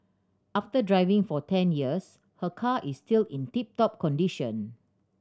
after driving for ten years her car is still in tip top condition